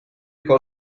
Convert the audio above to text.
ikka